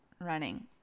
running